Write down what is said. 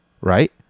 Right